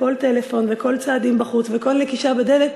וכל טלפון וכל צעדים בחוץ וכל נקישה בדלת,